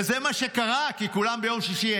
וזה מה שקרה, כי כולם אינם ביום שישי.